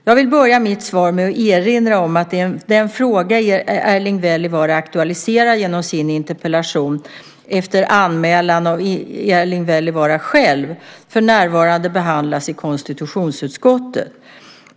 Jag vill börja mitt svar med att erinra om att den fråga Erling Wälivaara aktualiserar genom sin interpellation, efter en anmälan av Erling Wälivaara själv, för närvarande behandlas av konstitutionsutskottet.